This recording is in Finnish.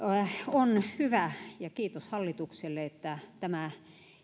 on hyvä ja kiitos hallitukselle että tämä